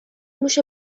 موش